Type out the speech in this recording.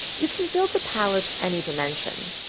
you can build the pallets any dimension.